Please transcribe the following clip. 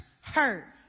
hurt